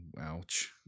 ouch